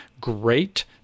great